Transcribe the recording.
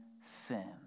sin